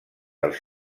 els